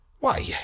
Why